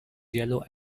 yellow